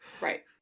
right